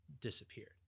disappeared